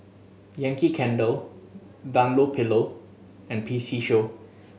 Yankee Candle Dunlopillo and P C Show